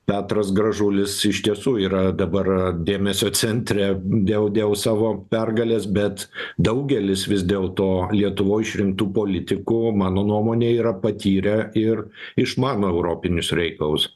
petras gražulis iš tiesų yra dabar dėmesio centre dėl dėl savo pergalės bet daugelis vis dėl to lietuvoj išrinktų politikų mano nuomone yra patyrę ir išmano europinius reikalus